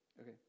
okay